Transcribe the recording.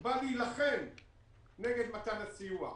הוא בא להילחם נגד מתן הסיוע.